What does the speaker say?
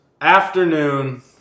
afternoon